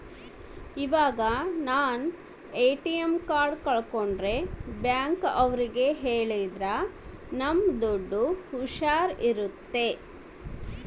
ಇವಾಗ ನಾವ್ ATM card ಕಲ್ಕೊಂಡ್ರೆ ಬ್ಯಾಂಕ್ ಅವ್ರಿಗೆ ಹೇಳಿದ್ರ ನಮ್ ದುಡ್ಡು ಹುಷಾರ್ ಇರುತ್ತೆ